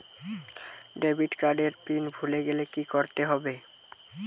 Debit card এর pin ভুলে গেলে কি করতে হবে?